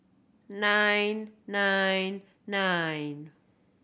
nine nine nine